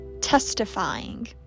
testifying